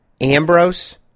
Ambrose